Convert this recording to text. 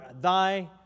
thy